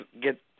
get